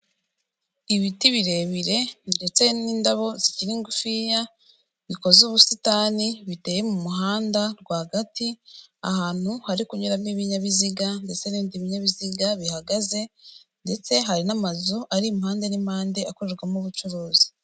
Ibiti birebire ndetse n'indabo zikiri ngufiya, bikoze ubusitani, biteye mu muhanda rwagati, ahantu hari kunyuramo ibinyabiziga ndetse n'ibindi binyabiziga bihagaze ndetse hari n'amazu ari impande n'impande akorerwamo ubucuruzi.